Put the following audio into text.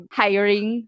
hiring